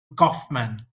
kaufman